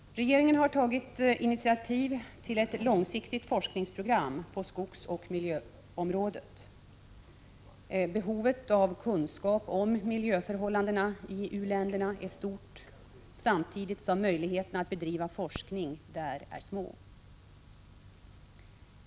Regeringen har tagit initiativ till ett långsiktigt forskningsprogram på skogsoch miljöområdet. Behovet av kunskap om miljöförhållandena i u-länderna är stort samtidigt som möjligheterna att bedriva forskning där är små.